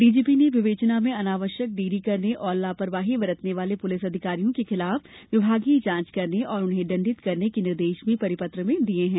DGP ने विवेचना में अनावश्यक देरी करने एवं लापरवाही बरतने वाले पुलिस अधिकारियों के खिलाफ विभागीय जाँच करने एवं उन्हें दंडित करने के निर्देश भी परिपत्र में दिये हैं